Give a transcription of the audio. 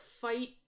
fight